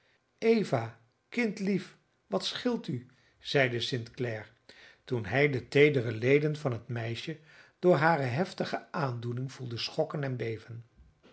eva kindlief wat scheelt u zeide st clare toen hij de teedere leden van het meisje door hare heftige aandoening voelde schokken en beven